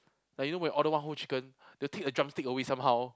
like you know when you order one whole chicken they will take the drumstick away somehow